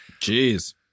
Jeez